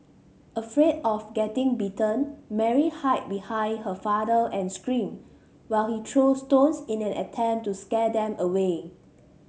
afraid of getting bitten Mary hid behind her father and screamed while he threw thrones in an attempt to scare them away